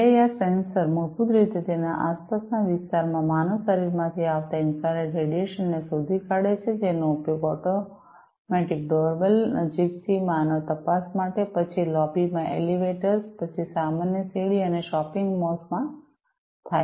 PIR sensor મૂળભૂત રીતે તેના આસપાસના વિસ્તારમાં માનવ શરીરમાંથી આવતા ઇન્ફ્રારેડ રેડિયેશનશોધી કાઢે છે જેનો ઉપયોગ ઓટોમેટિક ડોરબેલ નજીકથી માનવ તપાસ માટે પછી લોબીમાં એલિવેટર્સ પછી સામાન્ય સીડી અને શોપિંગ મોલ્સ માં થાય છે